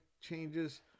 changes